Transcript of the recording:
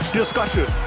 discussion